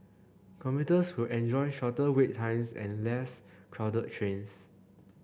commuters will enjoy shorter wait times and less crowded trains